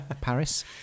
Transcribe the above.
Paris